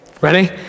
Ready